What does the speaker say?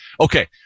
Okay